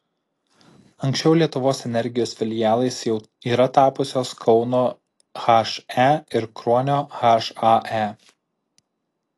anksčiau lietuvos energijos filialais jau yra tapusios kauno he ir kruonio hae